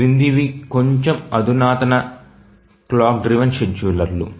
క్రిందివి కొంచెం అధునాతన క్లాక్ డ్రివెన్ షెడ్యూలర్లు